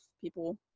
people